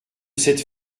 cette